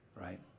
right